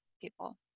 people